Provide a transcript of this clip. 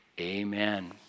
Amen